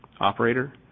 Operator